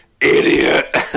idiot